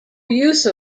use